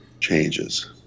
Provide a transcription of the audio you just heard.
changes